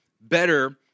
better